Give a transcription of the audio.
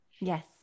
Yes